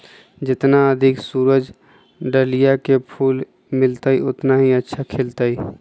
जितना अधिक सूरज डाहलिया के फूल मिलतय, उतना ही अच्छा खिलतय